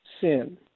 sin